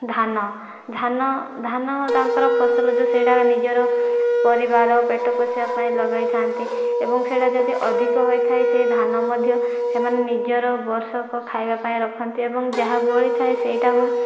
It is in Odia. ଧାନ ଧାନ ଧାନ ତାଙ୍କର ଫସଲ ଯେଉଁ ସେଇଟା ନିଜର ପରିବାର ପେଟ ପୋଷିବା ପାଇଁ ଲଗେଇଥାନ୍ତି ଏବଂ ସେଇଟା ଯଦି ଅଧିକ ହୋଇଥାଏ ସେ ଧାନ ମଧ୍ୟ ସେମାନେ ନିଜର ବର୍ଷକ ଖାଇବା ପାଇଁ ରଖନ୍ତି ଏବଂ ଯାହା ବଳିଥାଏ ସେଇଟାକୁ